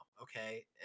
okay